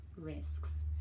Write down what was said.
risks